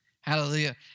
Hallelujah